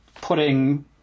putting